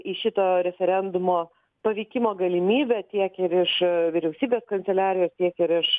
į šitą referendumo pavykimo galimybę tiek ir iš vyriausybės kanceliarijos tiek ir iš